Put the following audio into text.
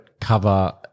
cover